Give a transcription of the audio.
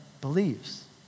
believes